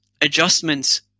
adjustments